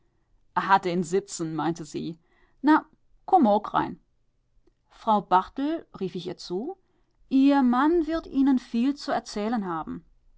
hat een sitzen meinte sie na kumm ock rein frau barthel rief ich ihr zu ihr mann wird ihnen viel zu erzählen haben